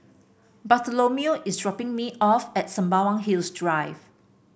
Bartholomew is dropping me off at Sembawang Hills Drive